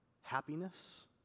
happiness